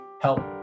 help